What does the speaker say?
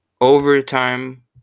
overtime